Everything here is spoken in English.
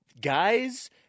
guys